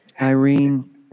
Irene